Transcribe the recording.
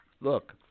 look